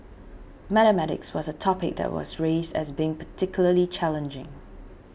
mathematics was a topic that was raised as being particularly challenging